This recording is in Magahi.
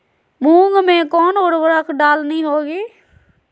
मूंग में कौन उर्वरक डालनी होगी?